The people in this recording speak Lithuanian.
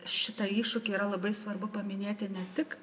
šitą iššūkį yra labai svarbu paminėti ne tik